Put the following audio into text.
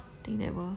I never